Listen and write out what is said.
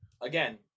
Again